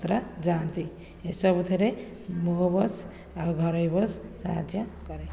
ଯାଆନ୍ତି ଏସବୁ ଥିରେ ମୋ ବସ୍ ଆଉ ଘରୋଇ ବସ୍ ସାହାଯ୍ୟ କରେ